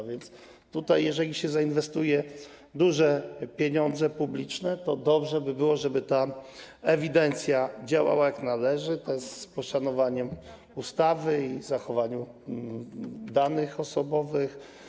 A więc tutaj jeśli się zainwestuje duże pieniądze publiczne, to dobrze by było, żeby ta ewidencja działała, jak należy, tj. z poszanowaniem ustawy i przy zachowaniu danych osobowych.